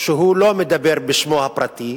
כשהוא לא מדבר בשמו הפרטי,